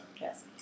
Yes